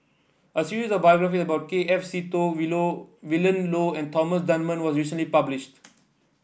a series of biographies about K F Seetoh We Low Willin Low and Thomas Dunman was recently published